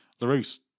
LaRousse